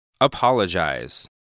Apologize